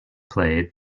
played